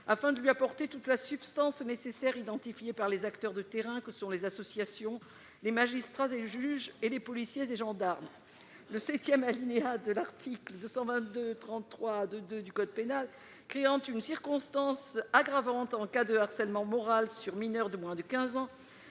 afin de lui apporter toute la substance nécessaire identifié par les acteurs de terrain que sont les associations, les magistrats et les juges et les policiers et gendarmes, le 7ème alinéa de l'article 222 33 2 2 du code pénal, cliente une circonstance aggravante en cas de harcèlement moral sur mineur de moins de 15 ans